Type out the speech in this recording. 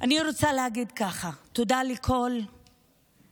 אני רוצה להגיד ככה: תודה לכל מי